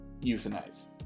euthanize